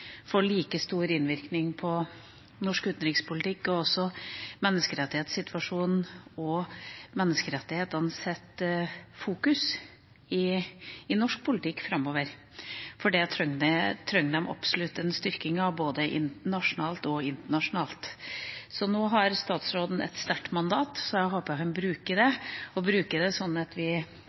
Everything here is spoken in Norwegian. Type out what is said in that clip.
får like stor innvirkning på norsk utenrikspolitikk, på menneskerettighetssituasjonen og på norsk politikks fokus på menneskerettighetene framover – for det trengs det absolutt en styrking av, både nasjonalt og internasjonalt. Statsråden har nå et sterkt mandat, og jeg håper han bruker det slik at vi,